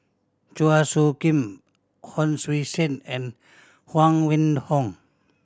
Chua Soo Khim Hon Sui Sen and Huang Wenhong